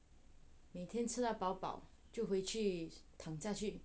每天吃的饱饱就回去躺下去